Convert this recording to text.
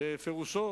בפירושו